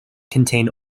contain